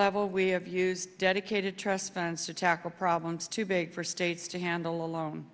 level we have used dedicated trust funds to tackle problems too big for states to handle alone